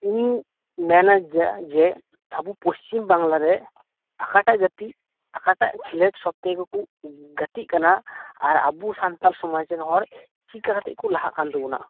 ᱤᱧᱤᱧ ᱢᱮᱱᱼᱟ ᱡᱮ ᱡᱮ ᱟᱵᱚ ᱯᱚᱪᱷᱤᱢ ᱵᱟᱝᱞᱟ ᱨᱮ ᱚᱠᱟᱴᱟᱜ ᱡᱟᱹᱛᱤ ᱚᱠᱟᱴᱟᱜ ᱠᱷᱮᱞᱳᱰ ᱥᱚᱵ ᱛᱷᱮᱠᱮ ᱠᱚᱠᱚ ᱜᱟᱛᱮ ᱠᱟᱱᱟ ᱟᱨ ᱟᱵᱚ ᱥᱟᱱᱛᱟᱲ ᱥᱚᱢᱟᱡᱽ ᱨᱮᱱ ᱦᱚᱲ ᱪᱮᱫ ᱞᱮᱠᱟ ᱠᱟᱛᱮ ᱠᱚ ᱞᱟᱦᱟᱜ ᱠᱟᱱ ᱛᱟᱵᱳᱱᱟ